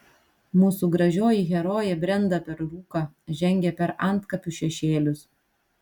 mūsų gražioji herojė brenda per rūką žengia per antkapių šešėlius